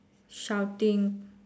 shouting